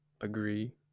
agree